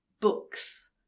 books